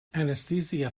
anesthesia